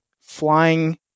flying